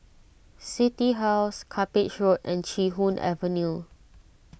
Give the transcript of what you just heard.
City House Cuppage Road and Chee Hoon Avenue